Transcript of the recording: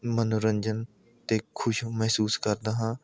ਮਨੋਰੰਜਨ ਅਤੇ ਖੁਸ਼ ਮਹਿਸੂਸ ਕਰਦਾ ਹਾਂ